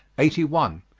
eighty one.